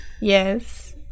Yes